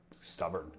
stubborn